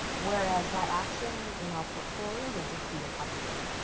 whereas, that action in our portfolio would just be an update.